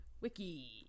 Wiki